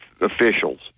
officials